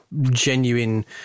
genuine